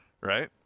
right